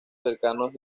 cercanos